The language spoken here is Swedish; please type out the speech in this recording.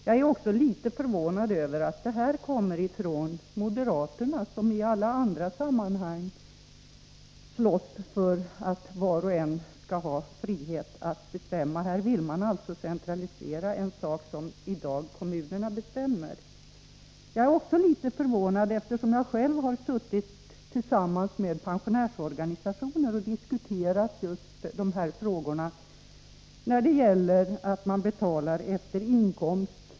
Jag är litet förvånad över att moderaterna reserverat sig. De slåss ju i alla andra sammanhang för att var och en skall ha frihet att själv bestämma. Här vill man centralisera en på ett område där i dag kommunerna bestämmer. Jag har själv diskuterat med representanter för pensionärsorganisationer det förhållandet att man betalar avgift efter inkomst.